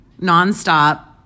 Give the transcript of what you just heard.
nonstop